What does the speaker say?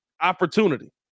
Opportunity